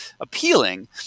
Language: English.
appealing